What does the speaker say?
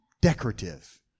decorative